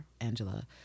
Angela